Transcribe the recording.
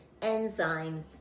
enzymes